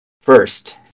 First